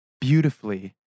beautifully